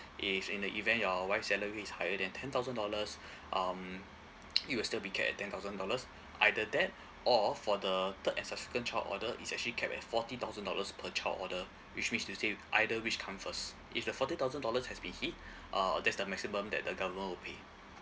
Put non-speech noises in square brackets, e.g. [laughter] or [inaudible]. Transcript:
if in the event your wife's salary is higher than ten thousand dollars [breath] um it will still be capped at ten thousand dollars either that or for the third and subsequent child order it's actually capped at forty thousand dollars per child order which means to say either which come first if the forty thousand dollars has been hit uh that's the maximum that the government will pay